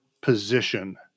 position